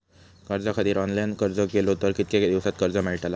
कर्जा खातीत ऑनलाईन अर्ज केलो तर कितक्या दिवसात कर्ज मेलतला?